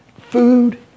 Food